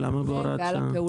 למה בהוראת שעה?